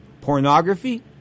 pornography